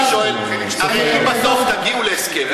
אני שואל: אם בסוף תגיעו להסכם,